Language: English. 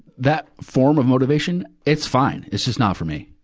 that form of motivation, it's fine. it's just not for me.